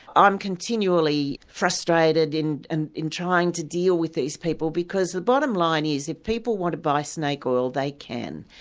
i'm continually frustrated in and in trying to deal with these people because the bottom line is if people want to buy snake oil, they can,